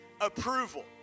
approval